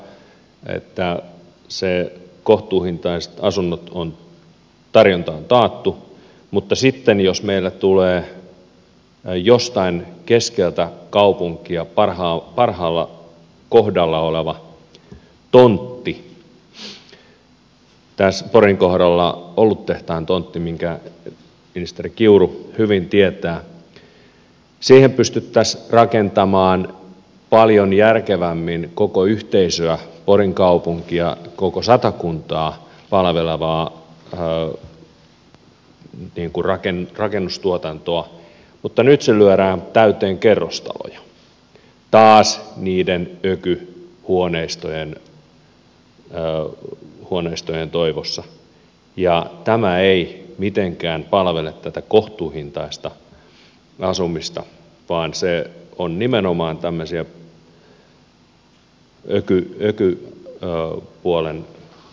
sinänsä hyvä että kohtuuhintaisten asuntojen tarjonta on taattu mutta sitten jos meillä on jossain keskellä kaupunkia parhaalla kohdalla oleva tontti porin kohdalla oluttehtaan tontti minkä ministeri kiuru hyvin tietää siihen pystyttäisiin rakentamaan paljon järkevämmin koko yhteisöä porin kaupunkia koko satakuntaa palvelevaa rakennustuotantoa mutta nyt se lyödään täyteen kerrostaloja taas niiden ökyhuoneistojen toivossa ja tämä ei mitenkään palvele tätä kohtuuhintaista asumista vaan se on nimenomaan tämmöisiä ökypuolen asioita